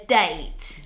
date